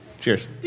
Cheers